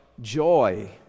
joy